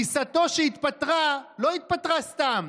גיסתו שהתפטרה לא התפטרה סתם,